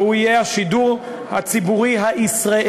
והוא יהיה חוק השידור הציבורי הישראלי,